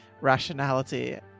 rationality